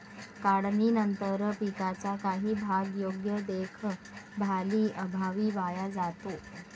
काढणीनंतर पिकाचा काही भाग योग्य देखभालीअभावी वाया जातो